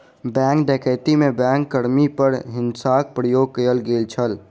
bank डकैती में bank कर्मी पर हिंसाक प्रयोग कयल गेल छल